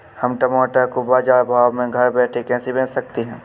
हम टमाटर को बाजार भाव में घर बैठे कैसे बेच सकते हैं?